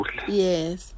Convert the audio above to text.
Yes